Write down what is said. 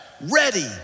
ready